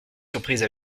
surprise